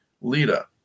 Lita